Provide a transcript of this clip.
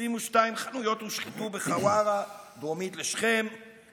22 חנויות הושחתו בחווארה, דרומית לשכם;